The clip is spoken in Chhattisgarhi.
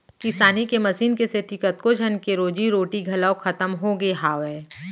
किसानी के मसीन के सेती कतको झन के रोजी रोटी घलौ खतम होगे हावय